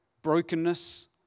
brokenness